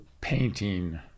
painting